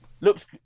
looks